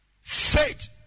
Faith